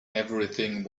everything